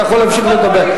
אתה יכול להמשיך לדבר.